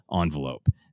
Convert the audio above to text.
envelope